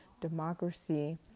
democracy